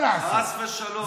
חס ושלום.